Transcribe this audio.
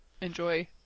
enjoy